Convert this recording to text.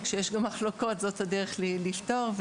כשיש גם מחלוקות, זאת הדרך לפתור.